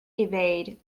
evade